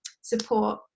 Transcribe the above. support